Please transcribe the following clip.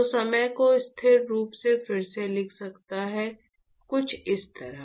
तो समय को स्थिर रूप से फिर से लिख सकता है कुछ इस तरह